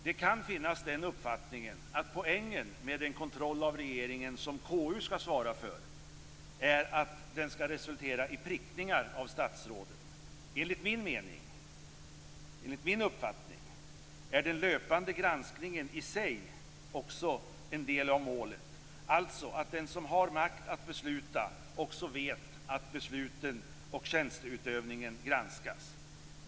Den uppfattningen kan finnas att poängen med den kontroll av regeringen som KU skall svara för är att den skall resultera i prickningar av statsråden. Enligt min uppfattning är den löpande granskningen i sig också en del av målet, alltså att den som har makt att besluta också vet att besluten och tjänsteutövningen granskas.